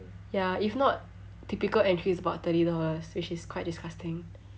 ya if not typical entry is about thirty dollars which is quite disgusting